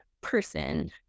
person